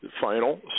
final